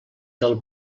del